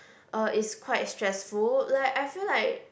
uh is quite stressful like I feel like